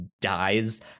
dies